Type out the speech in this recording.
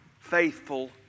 faithful